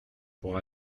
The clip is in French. pour